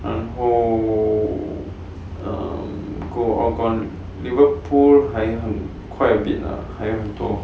然后 um gold all gone Liverpool quite a bit lah 还很多